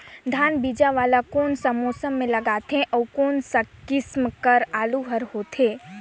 धान बीजा वाला कोन सा मौसम म लगथे अउ कोन सा किसम के आलू हर होथे?